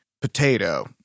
potato